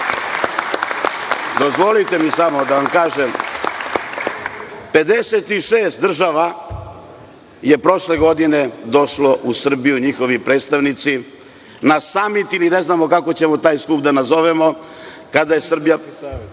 politiku. Dozvolite mi samo da vam kažem, 56 država je prošle godine došlo u Srbiju, njihovi predstavnici, na samit ili ne znamo kako ćemo taj skup da nazovemo, Ministarski savet,